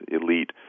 elite